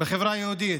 בחברה היהודית.